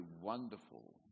wonderful